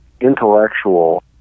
intellectual